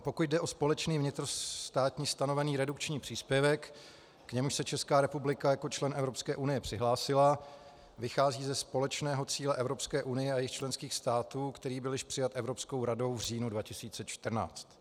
Pokud jde o společný vnitrostátní stanovený redukční příspěvek, k němuž se Česká republika jako člen Evropské unie přihlásila, vychází ze společného cíle Evropské unie a jejích členských států, který byl již přijat Evropskou radou v říjnu 2014.